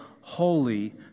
holy